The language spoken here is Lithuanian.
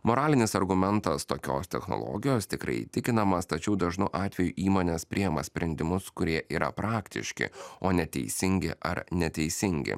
moralinis argumentas tokios technologijos tikrai įtikinamas tačiau dažnu atveju įmonės priima sprendimus kurie yra praktiški o neteisingi ar neteisingi